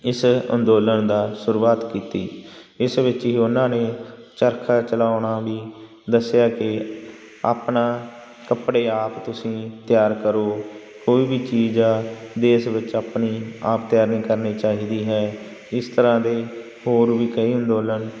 ਇਸ ਅੰਦੋਲਨ ਦਾ ਸ਼ੁਰੂਆਤ ਕੀਤੀ ਇਸ ਵਿੱਚ ਹੀ ਉਹਨਾਂ ਨੇ ਚਰਖਾ ਚਲਾਉਣਾ ਵੀ ਦੱਸਿਆ ਕਿ ਆਪਣਾ ਕੱਪੜੇ ਆਪ ਤੁਸੀਂ ਤਿਆਰ ਕਰੋ ਕੋਈ ਵੀ ਚੀਜ਼ ਆ ਦੇਸ਼ ਵਿੱਚ ਆਪਣੀ ਆਪ ਤਿਆਰ ਕਰਨੀ ਚਾਹੀਦੀ ਹੈ ਇਸ ਤਰ੍ਹਾਂ ਦੇ ਹੋਰ ਵੀ ਕਈ ਅੰਦੋਲਨ